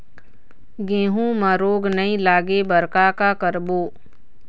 गेहूं म रोग नई लागे बर का का करबो?